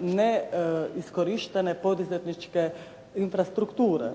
neiskorištene poduzetničke infrastrukture.